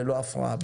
ללא הפרעה.